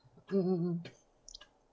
mm mm mm